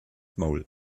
maul